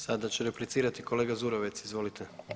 Sada će replicirati kolega Zurovec, izvolite.